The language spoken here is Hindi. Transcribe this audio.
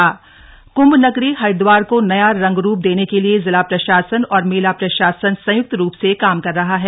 कुंभ मेला कुंभ नगरी हरिद्वार को नया रंग रूप देने के लिए जिला प्रशासन और मेला प्रशासन संयुक्त रुप से काम कर रहा है